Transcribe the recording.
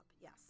Yes